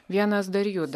vienas dar juda